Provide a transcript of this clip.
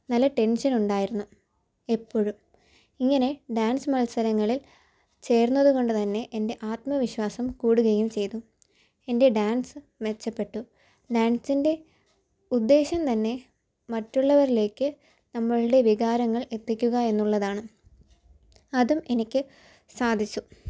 നല്ല ടെൻഷൻ ഉണ്ടായിരുന്നു എപ്പോഴും ഇങ്ങനെ ഡാൻസ് മത്സരങ്ങളിൽ ചേർന്നതു കൊണ്ട് തന്നെ എൻ്റെ ആത്മവിശ്വാസം കൂടുകയും ചെയ്തു എൻ്റെ ഡാൻസ് മെച്ചപ്പെട്ടു ഡാൻസിൻ്റെ ഉദ്ദേശം തന്നെ മറ്റുള്ളവരിലേക്ക് നമ്മളുടെ വികാരങ്ങൾ എത്തിക്കുക എന്നുള്ളതാണ് അതും എനിക്ക് സാധിച്ചു